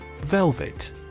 Velvet